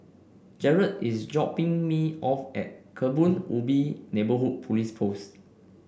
Jarad is dropping me off at Kebun Ubi Neighbourhood Police Post